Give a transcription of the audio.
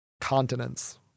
continents